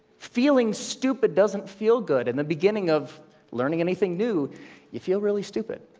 feeling stupid doesn't feel good, in the beginning of learning anything new you feel really stupid.